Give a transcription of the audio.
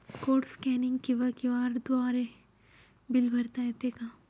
Code scanning किंवा QR द्वारे bill भरता येते का?